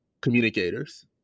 communicators